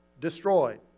destroyed